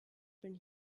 been